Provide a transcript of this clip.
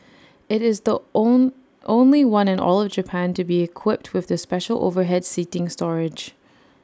IT is the on only one in all of Japan to be equipped with the special overhead seating storage